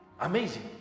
amazing